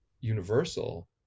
Universal